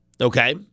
okay